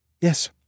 Yes